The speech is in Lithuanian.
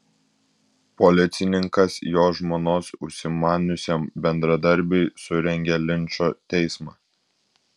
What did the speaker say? policininkas jo žmonos užsimaniusiam bendradarbiui surengė linčo teismą